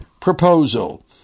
proposal